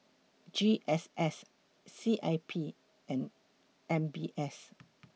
G S S C I P and M B S